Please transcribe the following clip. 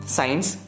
Science